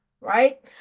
right